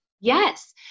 yes